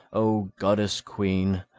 o goddess-queen,